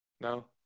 No